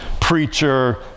preacher